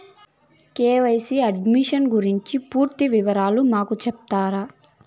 KYC updation గురించి పూర్తి వివరాలు మాకు సెప్తారా?